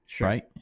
Right